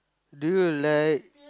do you like